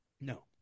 No